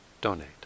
donate